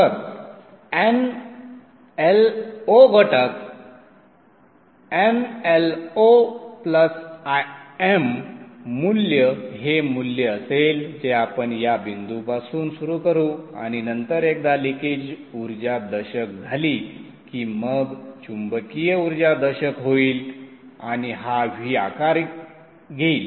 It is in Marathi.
तर nlo घटक nloIm मूल्य हे मूल्य असेल जे आपण या बिंदूपासून सुरू करू आणि नंतर एकदा लिकेज उर्जा दशक झाली की मग चुंबकीय ऊर्जा दशक होईल आणि हा V आकार घेईल